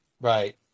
right